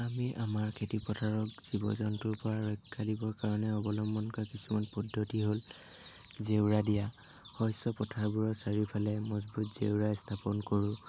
আমি আমাৰ খেতি পথাৰক জীৱ জন্তুৰ পৰা ৰক্ষা দিবৰ কাৰণে অৱলম্বন কৰা কিছুমান পদ্ধতি হ'ল জেওৰা দিয়া শস্য পথাৰবোৰৰ চাৰিওফালে মজবুত জেওৰা স্থাপন কৰোঁ